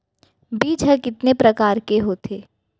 बीज ह कितने प्रकार के होथे?